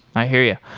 i hear you.